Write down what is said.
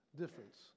difference